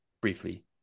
briefly